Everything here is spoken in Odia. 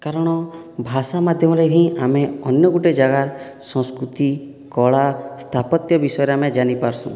କାରଣ ଭାଷା ମାଧ୍ୟମରେ ହିଁ ଆମେ ଅନ୍ୟ ଗୁଟେ ଜାଗାର୍ ସଂସ୍କୃତି କଳା ସ୍ଥାପତ୍ୟ ବିଷୟରେ ଆମେ ଜାନି ପାରସୁଁ